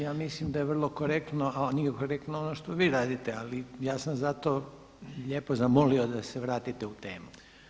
Ja mislim da je vrlo korektno a nije korektno ono što vi radite ali ja sam zato lijepo zamolio da se vratite u temu.